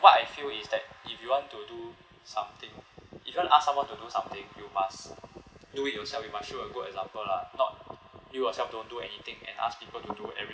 what I feel is that if you want to do something if you wanna ask someone to do something you must do it yourself you must show a good example lah not you yourself don't do anything and ask people to do everything